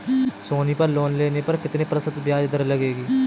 सोनी पर लोन लेने पर कितने प्रतिशत ब्याज दर लगेगी?